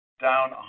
down